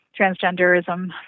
transgenderism